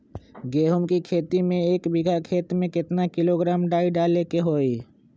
गेहूं के खेती में एक बीघा खेत में केतना किलोग्राम डाई डाले के होई?